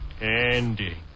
Andy